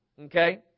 Okay